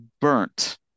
Burnt